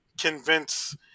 convince